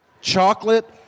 chocolate